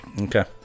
Okay